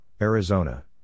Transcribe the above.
Arizona